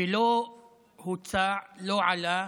ולא הוצע, לא עלה